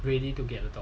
ready to get a